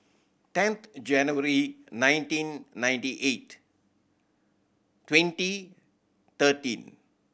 tenth January nineteen ninety eight twenty thirteen